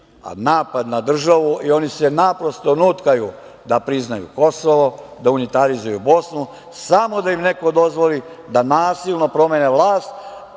napad na državu i oni se naprosto nutkaju da priznaju Kosovo, da unitarizuju Bosnu, samo da im neko dozvoli da nasilno promene vlast,